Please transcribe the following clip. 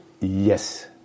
Yes